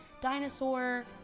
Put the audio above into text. Dinosaur